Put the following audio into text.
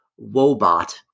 Wobot